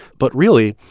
but really,